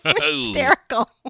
Hysterical